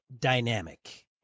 dynamic